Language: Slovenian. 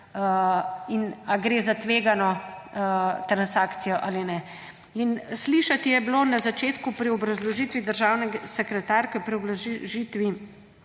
in ali gre za tvegano transakcijo ali ne. In slišati je bilo na začetku pri obrazložitvi državne sekretarke, pri obrazložitvi